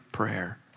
prayer